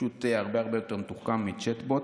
פשוט הרבה הרבה יותר מתוחכם מצ'אט בוט.